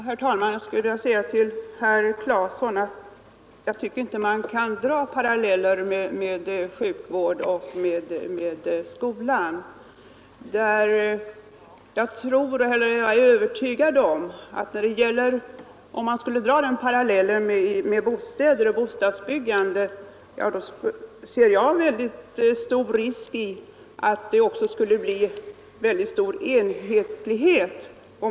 Herr talman! Jag tycker inte, herr Claeson, att man bör dra paralleller mellan å ena sidan bostaden och å andra sidan sjukvården och skolan. Om man skulle dra den parallellen, så ser jag som en väldigt stor risk att det också skulle bli en långt gående enhetlighet.